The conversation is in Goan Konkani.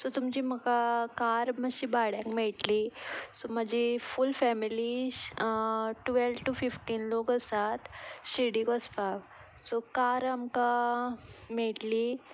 सो तुमची म्हाका कार मातशी भाड्याक मेयटली म्हजी full family twelve to fifteen लोक आसात शिर्डीक वचपाक सो कार आमकां मेयटली